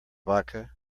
vodka